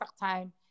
time